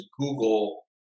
Google